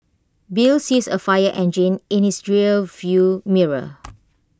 bill sees A fire engine in his rear view mirror